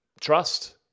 trust